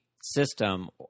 system